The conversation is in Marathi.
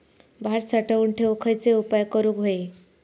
भात साठवून ठेवूक खयचे उपाय करूक व्हये?